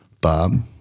Bob